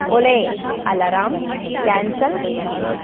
ಒಲೇ alarm cancel ಮಾಡು